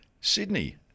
Sydney